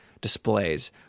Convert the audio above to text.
displays